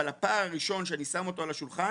אבל הפער הראשון שאני שם אותו על השולחן